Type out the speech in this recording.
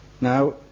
now